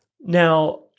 Now—